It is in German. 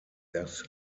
das